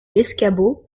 l’escabeau